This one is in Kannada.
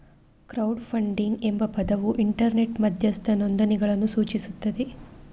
ಕ್ರೌಡ್ ಫಂಡಿಂಗ್ ಎಂಬ ಪದವು ಇಂಟರ್ನೆಟ್ ಮಧ್ಯಸ್ಥ ನೋಂದಣಿಗಳನ್ನು ಸೂಚಿಸುತ್ತದೆ